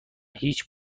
هیچ